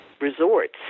resorts